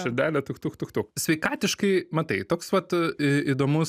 širdelė tuk tuk tuk tuk sveikatiškai matai toks vat įdomus